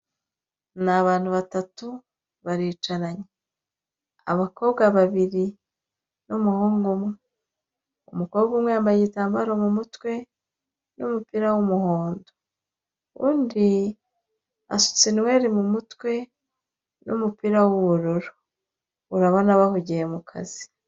Ni abantu batatu baricaranye, abakobwa babiri n'umuhungu umwe, umukobwa umwe yambaye igitambaro mu mutwe n'umupira w'umuhondo, undi asutse inweri mu mutwe n'umupira w'ubururu, urabona bahiguye mu kazi.